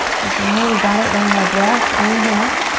the groin, you got it, one more breath. inhale.